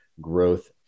growth